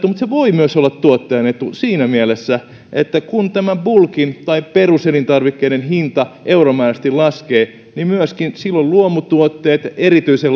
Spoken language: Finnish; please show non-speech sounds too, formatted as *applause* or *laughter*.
*unintelligible* mutta se voi myös olla tuottajan etu siinä mielessä että kun tämä bulkin tai peruselintarvikkeiden hinta euromääräisesti laskee niin silloin myöskin luomutuotteet erityisen *unintelligible*